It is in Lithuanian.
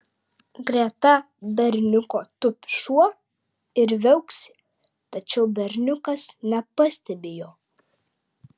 greta berniuko tupi šuo ir viauksi tačiau berniukas nepastebi jo